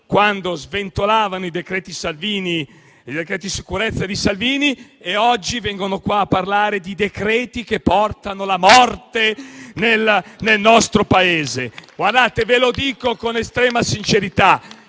sventolavano i decreti sicurezza di Salvini e oggi vengono qui a parlare di decreti che portano la morte nel nostro Paese! Vi dico con estrema sincerità